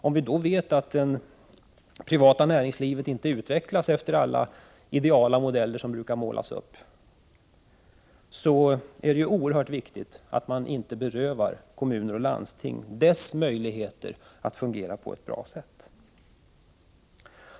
Om vi då vet att det privata näringslivet inte utvecklas efter alla ideala modeller som brukar målas upp, är det oerhört viktigt att man inte berövar kommuner och landsting deras möjligheter att fungera på ett bra sätt.